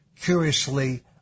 curiously